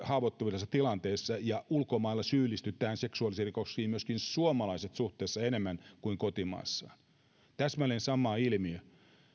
haavoittuvassa tilanteessa ja ulkomailla syyllistytään seksuaalisiin rikoksiin myöskin suomalaiset syyllistyvät suhteessa enemmän kuin kotimaassa täsmälleen sama ilmiö